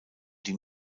die